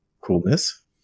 Coolness